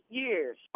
years